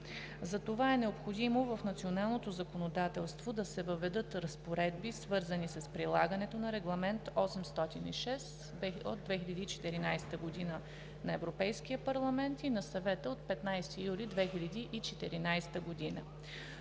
Затова е необходимо в националното законодателство да се въведат разпоредби, свързани с прилагането на Регламент № 806 от 2014 г. на Европейския парламент и на Съвета от 15 юли 2014 г.